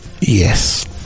Yes